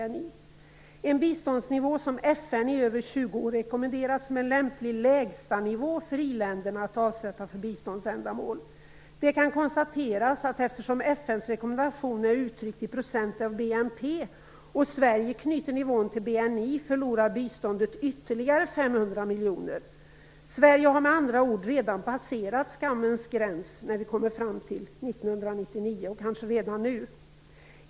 Detta är en biståndsnivå som FN i över tjugo år har rekommenderat som en lämplig lägsta nivå för i-länderna att avsätta för biståndsändamål. Eftersom FN:s rekommendation är uttryckt i procent av BNP och Sverige knyter nivån till BNI, kan man konstatera att biståndet förlorar ytterligare 500 miljoner. Sverige har med andra ord redan passerat skammens gräns när vi kommer fram till 1999 och kanske redan nu.